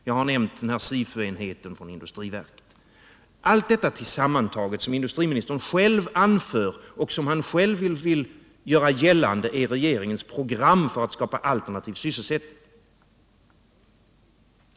Jag har nämnt SIFU-enheten från industriverket, allt detta tillsammantaget som industriministern själv anför och som han själv vill göra gällande är regeringens program för att skapa alternativ sysselsättning.